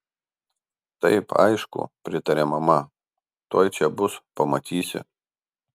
taip aišku pritarė mama tuoj čia bus pamatysi